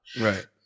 right